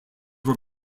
were